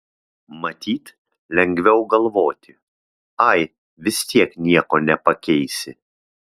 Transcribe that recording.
matyt lengviau galvoti ai vis tiek nieko nepakeisi